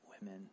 women